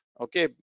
okay